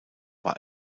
war